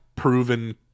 Proven